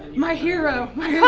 my hero. my